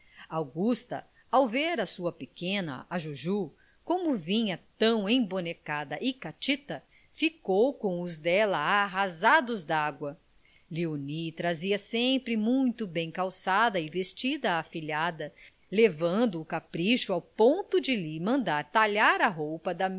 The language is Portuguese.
augusta ao ver a sua pequena a juju como vinha tão embonecada e catita ficou com os dela arrasados de água léonie trazia sempre muito bem calçada e vestida a afilhada levando o capricho ao ponto de lhe mandar talhar a roupa da